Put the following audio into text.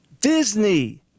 Disney